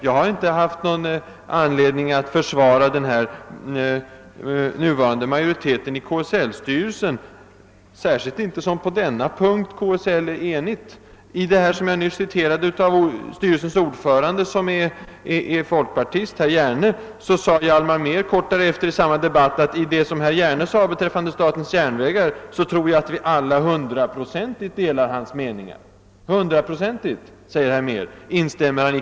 Jag har inte haft någon anledning att försvara den nuvarande majoriteten i KSL-styrelsen, särskilt inte som man är enig på denna punkt inom kommunalförbundet. Kort efter det uttalande som jag nyss citerade av styrelsens ordförande herr Hjerne, som är folkpartist, sade Hjalmar Mehr i samma debatt, att i det som herr Hjerne sade beträffande statens järnvägar trodde han att alla hundraprocentigt kunde instämma.